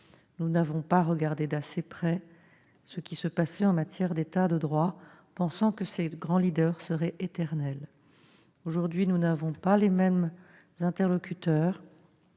nous n'avons pas regardé d'assez près ce qui se passait en matière d'État de droit, pensant que ces grands leaders seraient éternels. Aujourd'hui, nous n'avons pas les mêmes interlocuteurs,